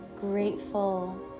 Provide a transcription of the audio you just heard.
grateful